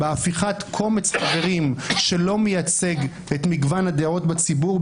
בהפיכת קומץ חברים שלא מייצג את מגוון הדעות בציבור,